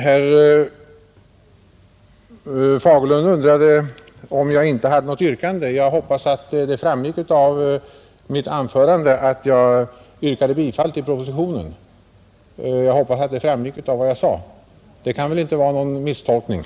Herr Fagerlund undrade om jag inte hade något yrkande, Jag hoppas att det framgick av mitt anförande att jag yrkade bifall till propositionen beträffande punkt 22. Det kan väl inte misstolkas.